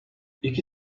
i̇ki